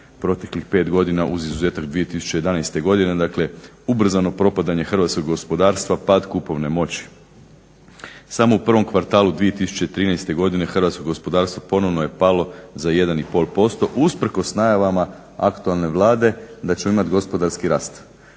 proteklih 5 godina uz izuzetak 2011. godine, dakle ubrzano propadanje hrvatskog gospodarstva, pad kupovne moći. Samo u prvom kvartalu 2013. godine hrvatsko gospodarstvo ponovno je palo za 1,5% usprkos najavama aktualne Vlade da ćemo imat gospodarski rast.